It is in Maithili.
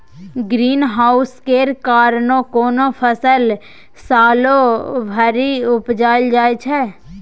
ग्रीन हाउस केर कारणेँ कोनो फसल सालो भरि उपजाएल जाइ छै